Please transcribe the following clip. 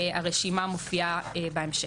הרשימה מופיעה בהמשך.